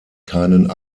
keinen